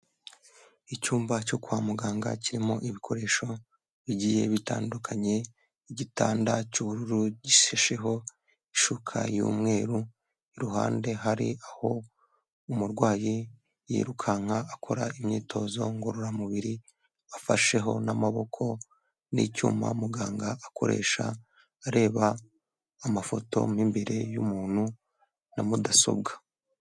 Icyumba cyo kwa muganga kirimo ibikoresho bigiye bitandukanye, igitanda cy'ubururu gishasheho ishuka y'umweru, iruhande hari aho umurwayi yirukanka akora imyitozo ngororamubiri, afasheho n'amaboko n'icyuma muganga akoresha areba amafoto mu imbere y'umuntu na mudasobwa.